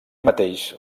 mateix